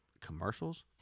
commercials